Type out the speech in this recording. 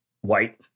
White